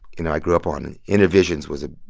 you know, i grew up on. innervisions was a.